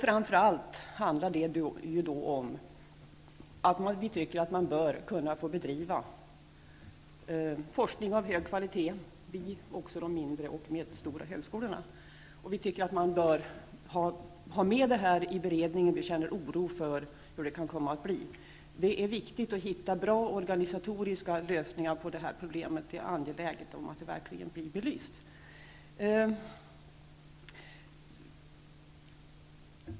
Framför allt handlar det om att vi tycker att man bör kunna få bedriva forskning av hög kvalitet också vid de mindre och medelstora högskolorna, och vi tycker att man bör ha med det i beredningen -- vi känner oro för hur det kan komma att bli. Det är viktigt att hitta bra organisatoriska lösningar på det här problemet -- det är angeläget att det verkligen blir belyst.